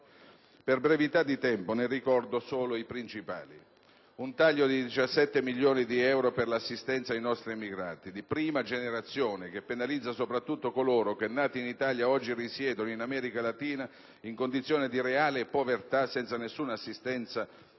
Per brevità di tempo ne ricordo solo i principali: un taglio di 17.700.000 euro per l'assistenza ai nostri emigrati di prima generazione, che penalizza soprattutto coloro che, nati in Italia, oggi risiedono in America Latina in condizioni di reale povertà e privi di assistenza sanitaria,